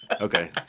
Okay